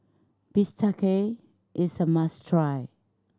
bistake is a must try